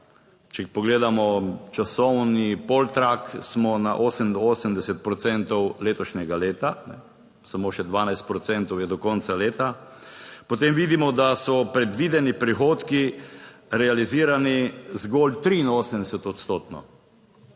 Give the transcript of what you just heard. če pogledamo časovni poltrak, smo na 88 procentov letošnjega leta, samo še 12 procentov je do konca leta, potem vidimo, da so predvideni prihodki realizirani zgolj 83-odstotno.